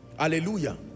Hallelujah